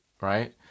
right